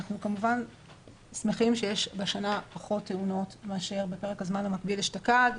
אנחנו כמובן שמחים שיש השנה פחות תאונות מאשר בפרק הזמן המקביל אשתקד,